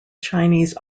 chinese